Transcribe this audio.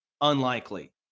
unlikely